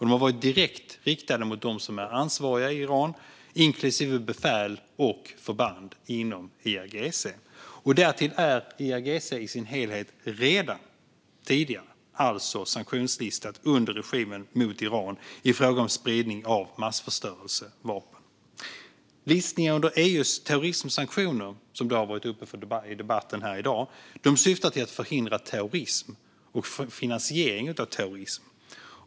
De har varit direkt riktade mot dem som är ansvariga i Iran, inklusive befäl och förband inom IRGC. Därtill är IRGC i sin helhet redan tidigare sanktionslistat under regimen mot Iran i fråga om spridning av massförstörelsevapen. Listningar under EU:s terrorismsanktioner, som har varit uppe i dagens debatt, syftar till att förhindra terrorism och finansiering av terrorism.